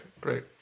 Great